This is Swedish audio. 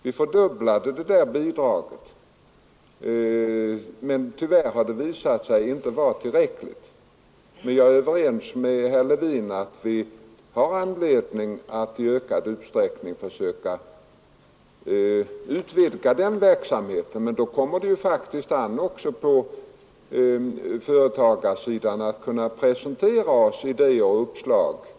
Vi fördubblade bidraget, men tyvärr har det visat sig inte vara tillräckligt. Jag är överens med herr Levin om att vi har anledning att i ökad utsträckning försöka utvidga denna verksamhet. Men då kommer det faktiskt an på att företagarsidan kan presentera idéer och uppslag för oss.